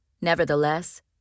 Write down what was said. Nevertheless